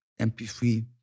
MP3